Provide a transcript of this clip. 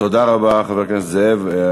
תודה רבה, חבר הכנסת נסים זאב.